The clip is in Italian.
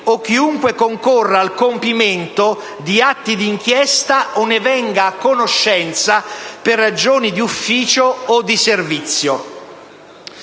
o chiunque concorra al compimento di atti di inchiesta o ne venga a conoscenza per ragioni di ufficio o di servizio.